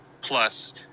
plus